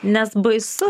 nes baisu